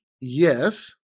Yes